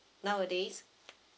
nowadays